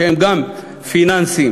שהם גם גופים פיננסיים